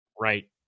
Right